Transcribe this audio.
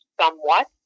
somewhat